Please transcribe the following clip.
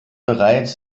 bereits